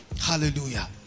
Hallelujah